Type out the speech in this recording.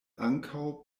ankaŭ